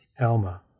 Alma